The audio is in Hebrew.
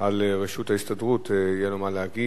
על ראשות ההסתדרות, יהיה לו מה להגיד.